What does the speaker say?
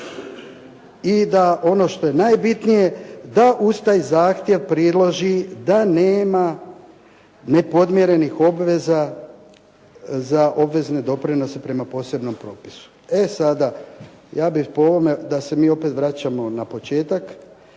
i da ono što je najbitnije, da uz taj zahtjev priloži da nema nepodmirenih obveza za obvezne doprinose prema posebnom propisu. E sada, ja bih po ovome da se mi opet vraćamo na početak,